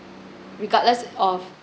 regardless of